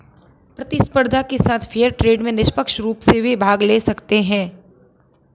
प्रतिस्पर्धा के साथ फेयर ट्रेड में निष्पक्ष रूप से वे भाग ले सकते हैं